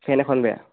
ফেন এখন বেয়া